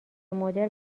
مدرن